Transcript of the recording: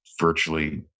virtually